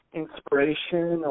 inspiration